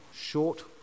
Short